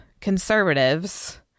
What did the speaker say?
conservatives